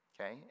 okay